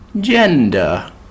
Gender